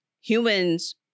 humans